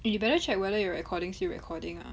you better check whether your recording still recording ah